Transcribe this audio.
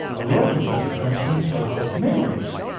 a lot of the pleasure comes from past memories.